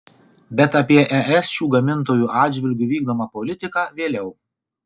bet apie es šių gamintojų atžvilgiu vykdomą politiką vėliau